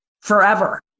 forever